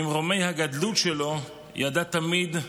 ממרומי הגדלות שלו, ידע תמיד,